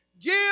give